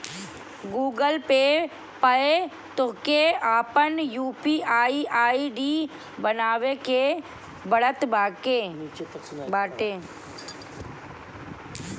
Google Pay पअ तोहके आपन यू.पी.आई आई.डी बनावे के पड़त बाटे